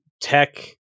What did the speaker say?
Tech